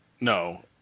No